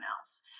else